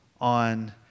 on